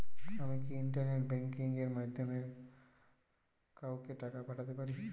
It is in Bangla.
আমি কি ইন্টারনেট ব্যাংকিং এর মাধ্যমে কাওকে টাকা পাঠাতে পারি?